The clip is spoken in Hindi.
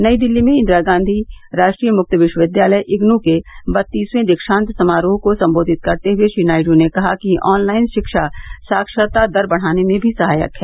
नई दिल्ली में इंदिरा गांधी राष्ट्रीय मुक्त विश्वविद्यालय इग्नू के बत्तीसवें दीक्षांत समारोह को संबोधित करते हुए श्री नायडू ने कहा कि ऑनलाइन शिक्षा साक्षरता दर बढ़ाने में भी सहायक है